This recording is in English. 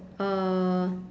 uh